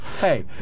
Hey